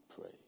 pray